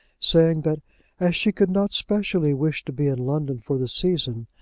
saying that as she could not specially wish to be in london for the season,